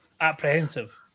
apprehensive